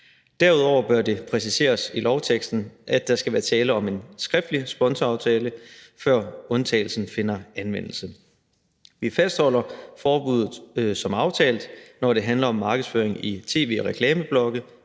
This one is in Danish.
Derudover bør det præciseres i lovteksten, at der skal være tale om en skriftlig sponsoraftale, før undtagelsen finder anvendelse. Vi fastholder forbuddet som aftalt, når det handler om markedsføring i tv og reklameblokke,